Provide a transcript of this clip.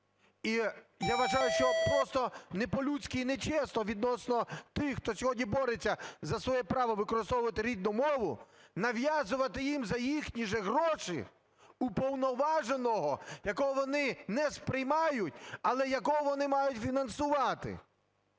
І я вважаю, що просто не по-людськи і нечесно відносно тих, хто сьогодні бореться за своє право використовувати рідну мову, нав'язувати їм за їхні ж гроші уповноваженого, якого вони не сприймають, але якого вони мають фінансувати.